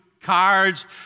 cards